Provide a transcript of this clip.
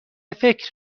فکر